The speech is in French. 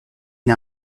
une